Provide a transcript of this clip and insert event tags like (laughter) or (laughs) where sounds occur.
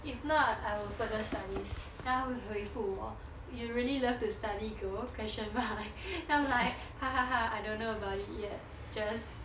if not I will further studies then 她会回复我 you really love to study girl question mark then I'm like (laughs) I don't know about it yet just